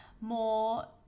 more